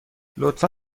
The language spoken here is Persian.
لطفا